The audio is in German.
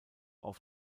auf